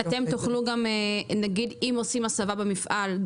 אתם תוכלו גם נגיד אם עושים הסבה במפעל,